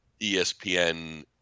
ESPN